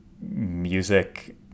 music